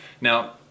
Now